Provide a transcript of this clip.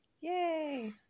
Yay